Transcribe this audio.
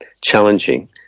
challenging